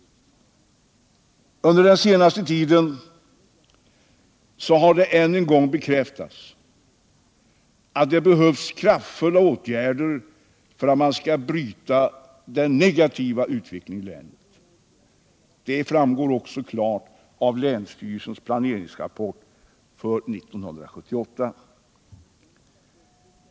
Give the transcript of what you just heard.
Under den senaste tiden har det än en gång bekräftats att det behövs kraftfulla åtgärder för att man skall kunna bryta den negativa utvecklingen i länet. Det framgår också klart av länsstyrelsens planeringsrapport för 1978.